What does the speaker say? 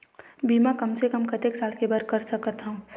बीमा कम से कम कतेक साल के बर कर सकत हव?